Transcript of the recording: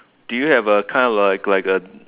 do you have a kind of like a